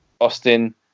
Austin